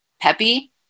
peppy